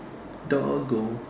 dog go